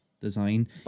design